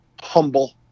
humble